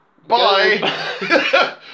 Bye